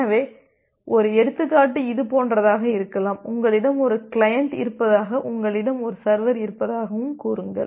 எனவே ஒரு எடுத்துக்காட்டு இதுபோன்றதாக இருக்கலாம் உங்களிடம் ஒரு கிளையண்ட் இருப்பதாகவும் உங்களிடம் ஒரு சர்வர் இருப்பதாகவும் கூறுங்கள்